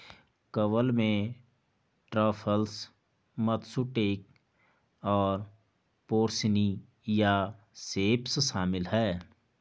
कवक में truffles, matsutake और पोर्सिनी या सेप्स शामिल हैं